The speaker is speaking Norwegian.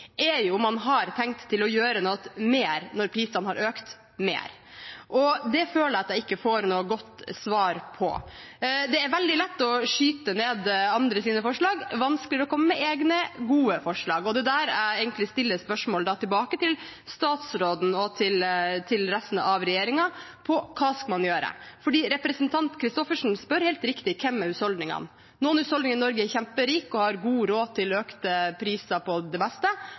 er jo om man har tenkt å gjøre noe mer når prisene har økt mer. Det føler jeg at jeg ikke får noe godt svar på. Det er veldig lett å skyte ned andres forslag, vanskeligere å komme med egne gode forslag. Det er der jeg egentlig stiller spørsmålet tilbake til statsråden og resten av regjeringen om hva man skal gjøre. Representanten Christoffersen spør helt riktig – hvem er husholdningene? Noen husholdninger i Norge er kjemperike og har god råd til økte priser på det